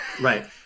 Right